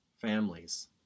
families